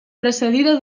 precedida